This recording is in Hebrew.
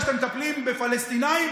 זו הדרך הנכונה מבחינה משפטית לפתור את הבעיה,